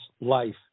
life